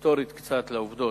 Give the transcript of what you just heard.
היסטורית קצת, לעובדות.